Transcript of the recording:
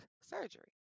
surgery